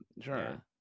Sure